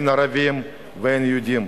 אין ערבים ואין יהודים.